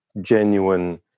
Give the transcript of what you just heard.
genuine